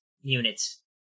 units